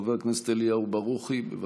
חבר הכנסת אליהו ברוכי, בבקשה.